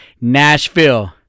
Nashville